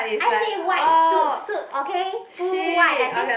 I say white suit suit okay full white I think